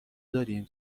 داریم